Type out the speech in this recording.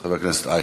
חבר הכנסת אייכלר.